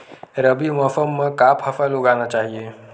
रबी मौसम म का फसल लगाना चहिए?